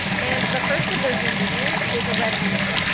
and the first of those ingredients is a red onion.